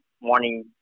morning